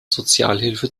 sozialhilfe